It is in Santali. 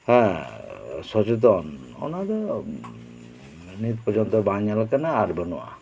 ᱦᱮᱸ ᱥᱚᱪᱮᱛᱚᱱ ᱚᱱᱟ ᱠᱚᱫᱚ ᱱᱤᱛ ᱯᱚᱡᱚᱱᱛᱚ ᱵᱟᱝ ᱧᱮᱞ ᱟᱠᱟᱱᱟ ᱟᱨ ᱵᱟᱹᱱᱩᱜᱼᱟ